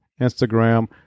instagram